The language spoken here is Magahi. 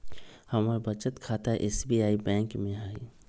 हमर बचत खता एस.बी.आई बैंक में हइ